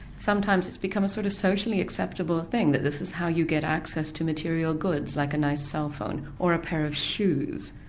sometimes it's become a sort of socially acceptable thing, that this is how you get access to material goods like a nice cell phone, or a pair of shoes,